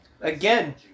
Again